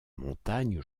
montagne